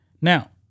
Now